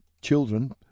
children